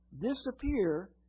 disappear